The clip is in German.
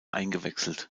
eingewechselt